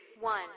one